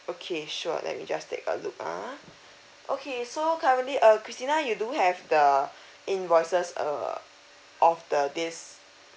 okay sure let me just take a look ah okay so currently uh christina you do have the invoices err of the this